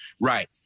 Right